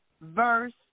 verse